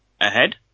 ahead